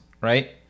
right